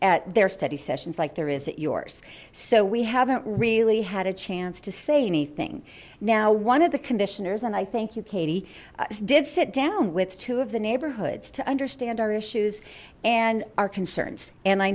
at their study sessions like there is it yours so we haven't really had a chance to say anything now one of the commissioners and i thank you katie did sit down with two of the neighborhood's to understand our issues and our concerns and i